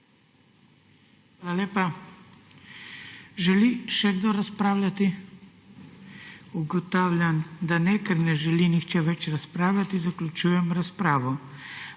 Hvala lepa. Želi še kdo razpravljati? Ugotavljam, da ne. Ker ne želi nihče več razpravljati, zaključujem razpravo.